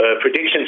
predictions